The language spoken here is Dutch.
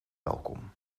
welkom